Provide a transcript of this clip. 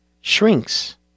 shrinks